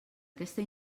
aquesta